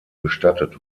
bestattet